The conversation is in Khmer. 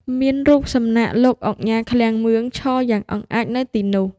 មានរូបសំណាកលោកឧកញ៉ា ឃ្លាំងមឿង ឈរយ៉ាងអង់អាចនៅទីនោះ។